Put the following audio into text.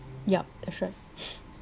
yup that's right